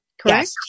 correct